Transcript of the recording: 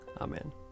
Amen